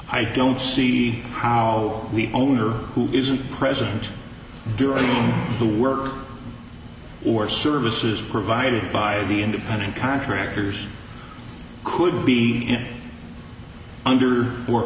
i don't see how we owner who isn't present during the work or services provided by the independent contractors could be him under